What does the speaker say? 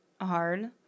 hard